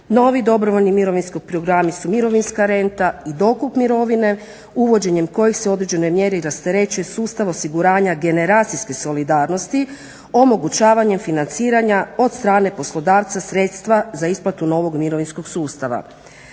Novi dobrovoljni mirovinski programi su mirovinska renta i dokup mirovine uvođenjem kojih se u određenoj mjeri rasterećuje sustav osiguranja generacijske solidarnosti omogućavanjem financiranja od strane poslodavca sredstva za isplatu novog mirovinskog sustava.